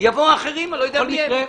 לדעתי זה